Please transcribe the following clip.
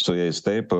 su jais taip